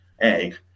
egg